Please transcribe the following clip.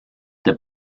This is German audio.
der